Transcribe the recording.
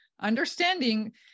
understanding